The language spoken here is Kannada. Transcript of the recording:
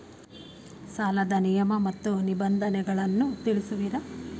ಸಾಲದ ನಿಯಮ ಮತ್ತು ನಿಬಂಧನೆಗಳನ್ನು ತಿಳಿಸುವಿರಾ?